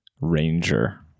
ranger